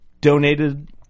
donated